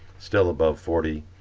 still above forty,